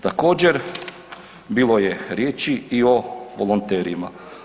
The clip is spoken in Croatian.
Također bilo je riječi i o volonterima.